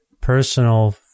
personal